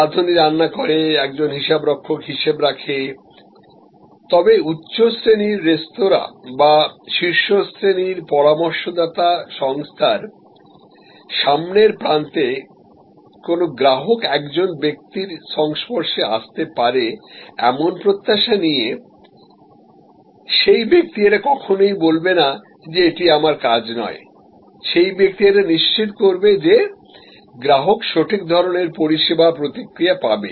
রাধুনী রান্না করে একজন হিসাবরক্ষক হিসাব রাখে তবে উচ্চ শ্রেণীর রেস্তোঁরা বা শীর্ষ শ্রেণির পরামর্শদাতা সংস্থার সামনের প্রান্তে কোনও গ্রাহক একজন ব্যক্তির সংস্পর্শে আসতে পারে এমন প্রত্যাশা নিয়ে সেই ব্যক্তি এটি কখনোই বলবে না যে এটি আমার কাজ নয় সেই ব্যক্তি এটি নিশ্চিত করবে যে গ্রাহক সঠিক ধরনের পরিষেবা প্রতিক্রিয়া পাবে